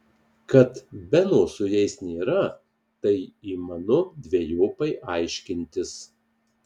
kad beno su jais nėra tai įmanu dvejopai aiškintis